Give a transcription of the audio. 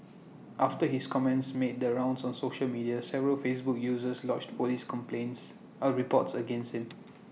after his comments made the rounds on social media several Facebook users lodged Police complaints or reports against him